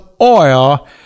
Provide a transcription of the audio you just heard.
oil